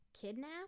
kidnap